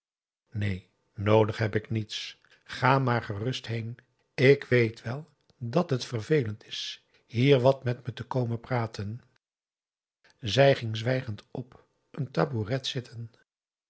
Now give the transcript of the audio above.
neen noodig heb ik niets ga maar gerust heen ik weet wel dat het vervelend is hier wat met me te komen praten zij ging zwijgend op een tabouret zitten